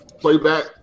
playback